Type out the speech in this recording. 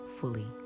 fully